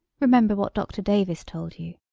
remember what dr. davis told you!